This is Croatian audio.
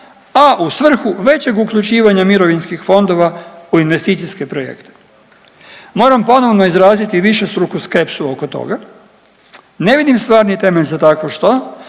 a u svrhu većeg uključivanja mirovinskih fondova u investicijske projekte. Moram ponovno izraziti višestruku skepsu oko toga, ne vidim stvarni temelj za takvo što,